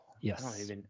Yes